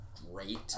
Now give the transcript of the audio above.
great